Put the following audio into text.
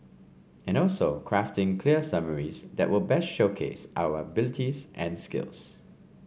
and also crafting clear summaries that will best showcase our abilities and skills